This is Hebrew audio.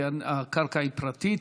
כי הקרקע היא פרטית,